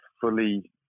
fully